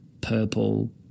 purple